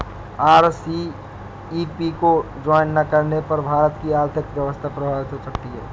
RCEP को join ना करने पर भारत की आर्थिक व्यवस्था प्रभावित हो सकती है